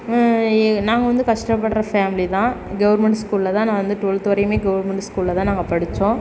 ஏ நாங்கள் வந்து கஷ்டப்படுற ஃபேமிலி தான் கவர்மெண்டு ஸ்கூலில் தான் நான் வந்து டுவெல்த்து வரையுமே கவர்மெண்டு ஸ்கூலில் தான் நாங்கள் படித்தோம்